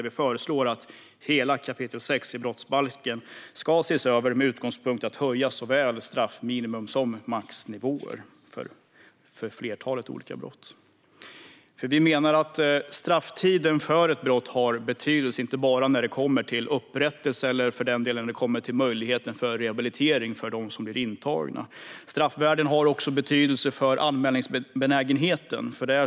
Vi föreslår i den att hela 6 kap. brottsbalken ska ses över med utgångspunkt att höja såväl ministraffen som maxnivåerna för flera olika brott. Vi menar nämligen att strafftiden för ett brott har betydelse, inte bara när det handlar om upprättelse eller för den delen möjlighet till rehabilitering för de som blir intagna. Straffvärden har också betydelse för anmälningsbenägenheten.